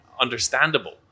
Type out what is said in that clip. understandable